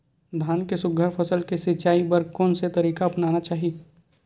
धान के सुघ्घर फसल के सिचाई बर कोन से तरीका अपनाना चाहि?